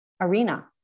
arena